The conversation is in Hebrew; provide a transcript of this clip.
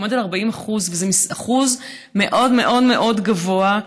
הוא עומד על 40%, וזה שיעור מאוד מאוד מאוד גבוה,